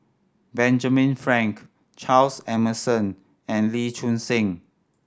Benjamin Frank Charles Emmerson and Lee Choon Seng